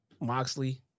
Moxley